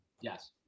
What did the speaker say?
Yes